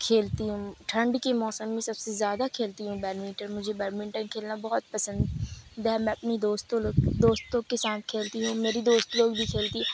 کھیلتی ہوں ٹھنڈ کے موسم میں سب سے زیادہ کھیلتی ہوں بیڈمنٹن مجھے بیڈمنٹن کھیلنا بہت پسند ہے میں اپنی دوستوں لوگ دوستوں کے ساتھ کھیلتی ہوں میری دوست لوگ بھی کھیلتی